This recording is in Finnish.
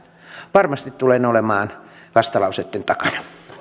varmasti tulen olemaan vastalauseitten takana